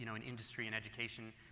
you know in industry and education.